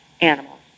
animals